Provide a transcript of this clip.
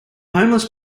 homeless